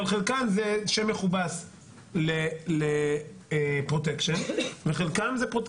אבל חלקם זה שם מכובס לפרוטקשן וחלקם זה,